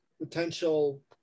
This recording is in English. potential